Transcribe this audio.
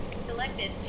Selected